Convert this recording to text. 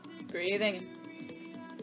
Breathing